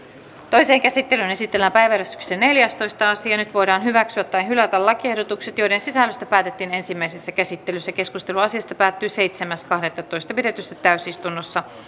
toiseen käsittelyyn esitellään päiväjärjestyksen neljästoista asia nyt voidaan hyväksyä tai hylätä lakiehdotukset joiden sisällöstä päätettiin ensimmäisessä käsittelyssä keskustelu asiasta päättyi seitsemäs kahdettatoista kaksituhattakuusitoista pidetyssä täysistunnossa